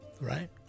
right